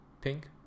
Pink